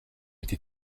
été